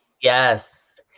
yes